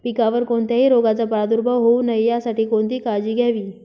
पिकावर कोणत्याही रोगाचा प्रादुर्भाव होऊ नये यासाठी कोणती काळजी घ्यावी?